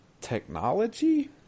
technology